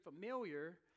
familiar